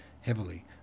heavily